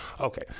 okay